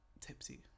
tipsy